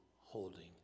holding